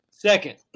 Second